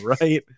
right